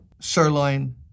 sirloin